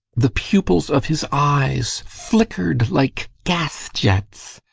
the pupils of his eyes flickered like gas-jets.